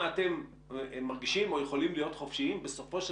אתם מרגישים או יכולים להיות חופשיים בסופו של